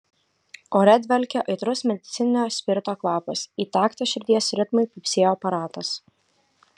ore dvelkė aitrus medicininio spirito kvapas į taktą širdies ritmui pypsėjo aparatas